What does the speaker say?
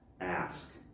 Ask